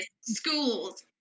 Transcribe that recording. schools